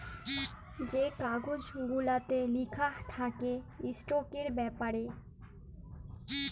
যে কাগজ গুলাতে লিখা থ্যাকে ইস্টকের ব্যাপারে